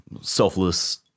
selfless